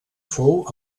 fou